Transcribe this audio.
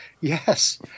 yes